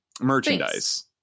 merchandise